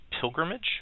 pilgrimage